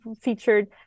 featured